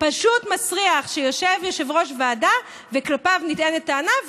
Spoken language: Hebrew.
פשוט מסריח שיושב יושב-ראש ועדה ונטענת כלפיו טענה,